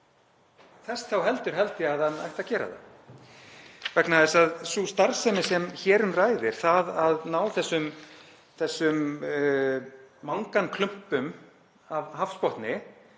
þess þá heldur held ég að hann ætti að gera það vegna þess að sú starfsemi sem hér um ræðir, að ná þessum manganklumpum af hafsbotni